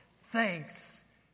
Thanks